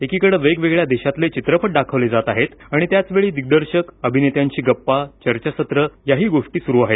एकीकडे वेगवेगळ्या देशांतले चित्रपट दाखवले जात आहेत आणि त्याच वेळी दिग्दर्शक अभिनेत्यांशी गप्पा चर्चासत्रं याही गोष्टी सुरू आहेत